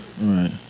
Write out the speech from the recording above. Right